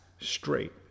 straight